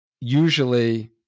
Usually